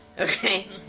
Okay